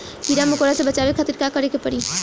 कीड़ा मकोड़ा से बचावे खातिर का करे के पड़ी?